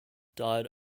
died